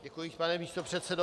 Děkuji, pane místopředsedo.